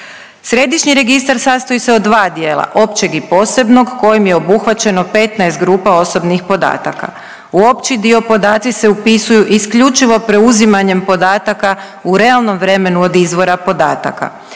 Središnji registar sastoji se od dva dijela, općeg i posebnog kojim je obuhvaćeno 15 grupa osobnih podataka. U opći dio podaci se upisuju isključivo preuzimanjem podataka u realnom vremenu od izvora podataka.